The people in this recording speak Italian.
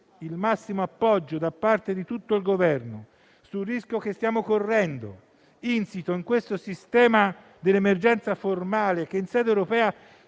il massimo appoggio da parte di tutto il Governo sul rischio che stiamo correndo, insito in questo sistema dell'emergenza formale, che in sede europea